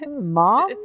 Mom